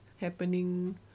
happening